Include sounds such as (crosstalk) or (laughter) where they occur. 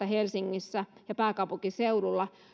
(unintelligible) helsingissä ja pääkaupunkiseudulla